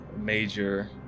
major